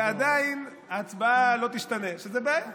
ועדיין ההצבעה לא תשתנה, שזו בעיה.